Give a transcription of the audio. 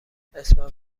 اسمم